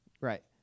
Right